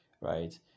right